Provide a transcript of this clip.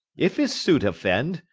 if his suit offend,